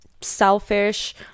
selfish